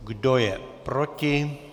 Kdo je proti?